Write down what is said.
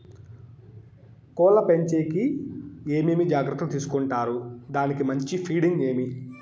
కోళ్ల పెంచేకి ఏమేమి జాగ్రత్తలు తీసుకొంటారు? దానికి మంచి ఫీడింగ్ ఏమి?